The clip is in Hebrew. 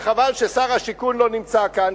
וחבל ששר השיכון לא נמצא כאן,